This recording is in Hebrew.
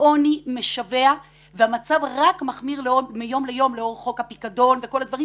בעוני משווע והמצב רק מחמיר מיום ליום לאור חוק הפיקדון וכל הדברים